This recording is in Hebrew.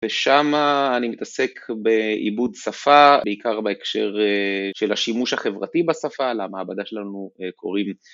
ושם אני מתעסק בעיבוד שפה, בעיקר בהקשר של השימוש החברתי בשפה למעבדה שלנו קוראים...